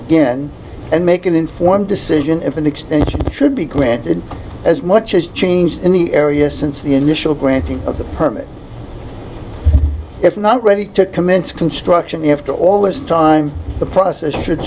again and make an informed decision if an extension should be granted as much as changed in the area since the initial granting of the permit if not ready to commence construction after all this time the process should